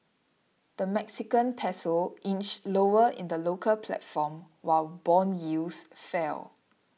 the Mexican Peso inched lower in the local platform while bond yields fell